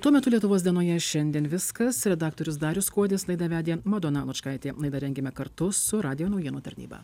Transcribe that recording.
tuo metu lietuvos dienoje šiandien viskas redaktorius darius kuodis laidą vedė madona lučkaitė laidą rengėme kartu su radijo naujienų tarnyba